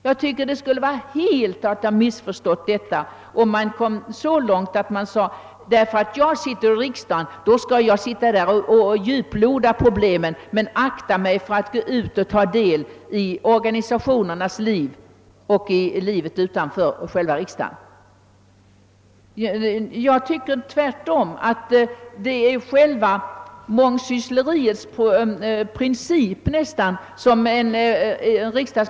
Jag tycker att man helt har missförstått sitt uppdrag om man anser att en riksdagsman skall sitta och djuploda problemen och akta sig för att gå ut och ta del i organisationernas liv och livet utanför själva riksdagen. Tvärtom anser jag att en riksdagsman måste acceptera mångsyssleriet som princip.